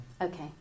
Okay